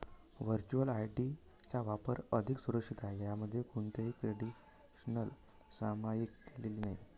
virtual ID चा वापर अधिक सुरक्षित आहे, ज्यामध्ये कोणतीही क्रेडेन्शियल्स सामायिक केलेली नाहीत